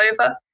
over